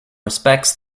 respects